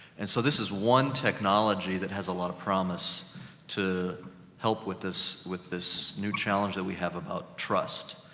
and so, this is one technology, that has a lot of promise to help with this, with this new challenge, that we have about trust.